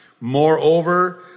Moreover